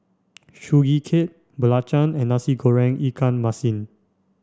Sugee Cake Belacan and Nasi Goreng Ikan Masin